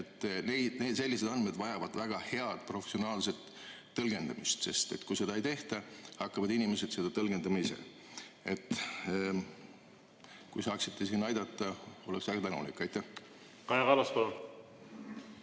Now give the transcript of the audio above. surnut. Sellised andmed vajavad väga head professionaalset tõlgendamist, sest kui seda ei tehta, hakkavad inimesed neid ise tõlgendama. Kui saaksite siin aidata, oleksin väga tänulik. Kaja